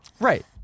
Right